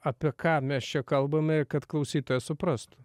apie ką mes čia kalbame ir kad klausytojas suprastų